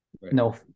no